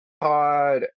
pod